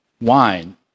wine